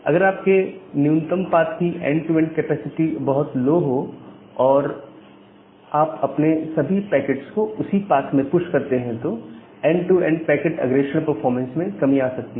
अगर आपके न्यूनतम पाथकी एंड टू एंड कैपेसिटी बहुत लो हो और आप अपने सभी पैकेट्स को उसी पाथ में पुश करते हैं तो एंड टू एंड पैकेट अग्रेषण परफॉर्मेंस में कमी आ सकती है